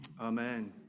Amen